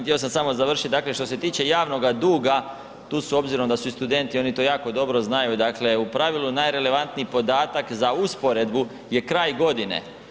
Htio sam samo završiti, dakle što se tiče javnoga duga tu s obzirom da su i studenti oni to jako dobro znaju, dakle u pravilu najrelevantniji podatak za usporedbu je kraj godine.